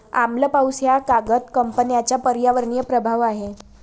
आम्ल पाऊस हा कागद कंपन्यांचा पर्यावरणीय प्रभाव आहे